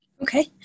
Okay